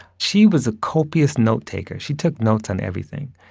she was a copious note-taker. she took notes on everything.